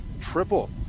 triple